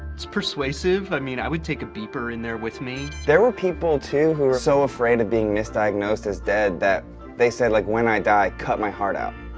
it's persuasive, i mean i would take a beeper in there with me. there were people too who were so afraid of being misdiagnosed as dead that they said like when i die, cut my heart out.